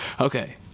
Okay